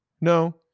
No